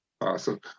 Awesome